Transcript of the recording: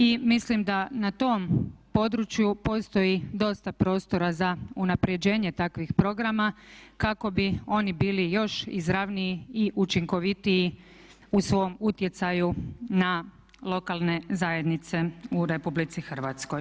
I mislim da na tom području postoji dosta prostora za unapređenje takvih programa kako bi oni bili još izravniji i učinkovitiji u svom utjecaju na lokalne zajednice u Republici Hrvatskoj.